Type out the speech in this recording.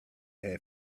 had